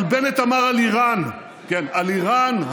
אבל בנט אמר על איראן, כן, על איראן.